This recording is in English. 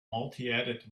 multiedit